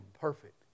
perfect